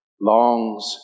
longs